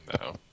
No